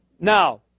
Now